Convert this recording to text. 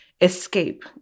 escape